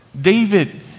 David